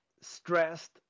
stressed